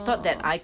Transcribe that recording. oh